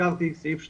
הזכרתי סעיף 2,